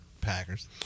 Packers